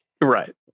Right